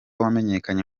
wamenyekanye